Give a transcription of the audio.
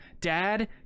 dad